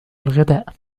الغداء